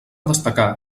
destacar